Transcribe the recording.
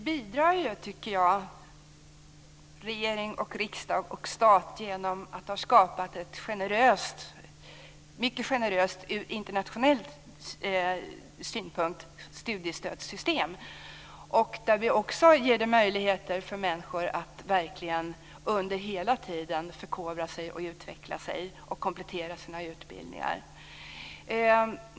Fru talman! Vi - regering, riksdag och stat - bidrar, menar jag, genom att ha skapat ett internationellt sett mycket generöst studiestödssystem. Där ger vi människor möjligheter att hela tiden förkovra sig, utveckla sig och komplettera sina utbildningar.